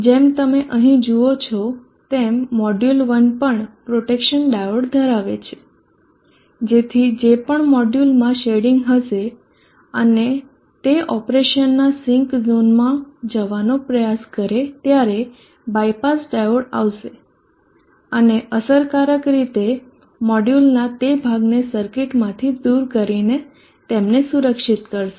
જેમ તમે અહીં જુઓ છો તેમ મોડ્યુલ 1 પણ પ્રોટેક્શન ડાયોડ ધરાવે છે જેથી જે પણ મોડ્યુલમાં શેડીંગ હશે અને તે ઓપરેશનના સિંક ઝોનમાં જવાનો પ્રયાસ કરે ત્યારે બાયપાસ ડાયોડ આવશે અને અસરકારક રીતે મોડ્યુલનાં તે ભાગને સર્કિટમાંથી દૂર કરીને તેમને સુરક્ષિત કરશે